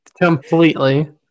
completely